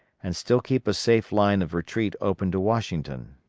and still keep a safe line of retreat open to washington.